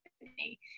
company